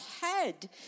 head